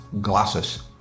glasses